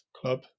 club